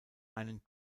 einen